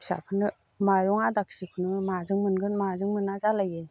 फिसाफोरनो माइरं आदा केजिखौनो माजों मोनगोन माजों मोना जालायो